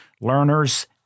learners